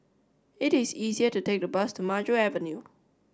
it is easier to take the bus to Maju Avenue